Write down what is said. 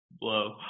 blow